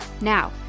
Now